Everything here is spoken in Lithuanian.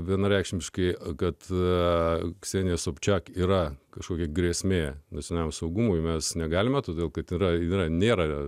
vienareikšmiškai agata ksenija sobčiakui yra kažkokia grėsmė nusimaus saugumui mes negalime todėl kad yra yra nėra